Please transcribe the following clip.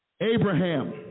Abraham